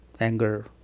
anger